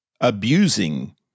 abusing